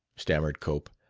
stammered cope,